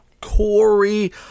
Corey